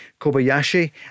Kobayashi